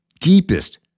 deepest